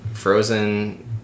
frozen